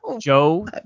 Joe